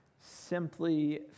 simply